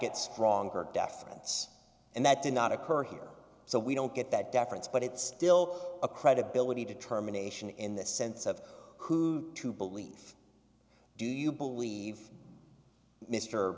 gets stronger deference and that did not occur here so we don't get that deference but it's still a credibility determination in the sense of who to believe do you believe m